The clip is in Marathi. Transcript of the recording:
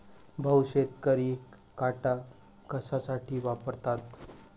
भाऊ, शेतकरी काटा कशासाठी वापरतात?